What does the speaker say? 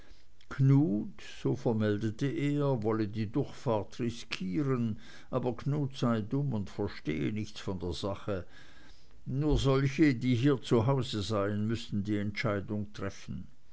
knut so meldete er wolle die durchfahrt riskieren aber knut sei dumm und verstehe nichts von der sache nur solche die hier zu hause seien müßten die entscheidung treffen